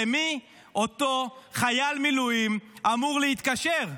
למי אותו חייל מילואים אמור להתקשר?